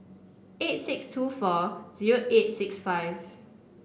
eight six two four zero eight six five